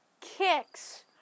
kicks